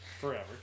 forever